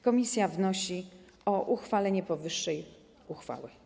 Komisja wnosi o uchwalenie powyższej uchwały.